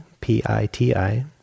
P-I-T-I